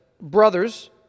brothers